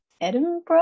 Edinburgh